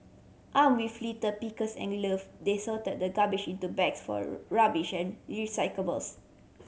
arm with litter pickers and glove they sorted the garbage into bags for recyclables